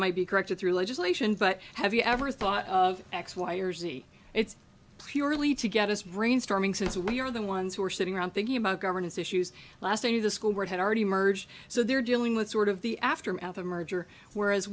might be corrected through legislation but have you ever thought of x y or z it's purely to get us brainstorming since we are the ones who are sitting around thinking about governance issues last year the school board had already merged so they're dealing with sort of the aftermath of a merger whereas